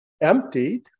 Emptied